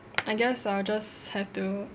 I guess I'll just have to